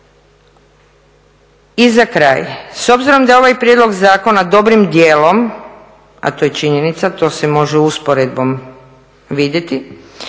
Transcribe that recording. I za kraj, s obzirom da je ovaj prijedlog zakona dobrim dijelom, a to je činjenica, to se može usporedbom vidjeti,